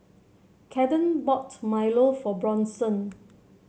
Kathern bought Milo for Bronson